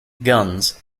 guns